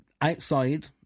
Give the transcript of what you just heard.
outside